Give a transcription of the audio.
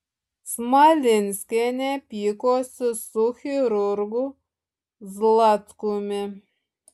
smalinskienė pykosi su chirurgu zlatkumi